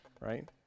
right